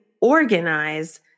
organize